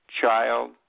child